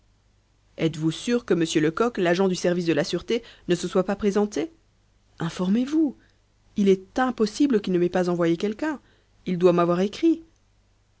êtes-vous sur que m lecoq l'agent du service de la sûreté ne se soit pas présenté informez-vous il est impossible qu'il ne m'ait pas envoyé quelqu'un il doit m'avoir écrit